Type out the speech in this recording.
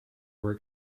were